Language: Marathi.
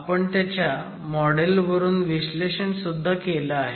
आपण त्याच्या मॉडेल वरून विश्लेषण सुद्धा केलं आहे